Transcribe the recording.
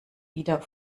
wieder